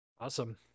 Awesome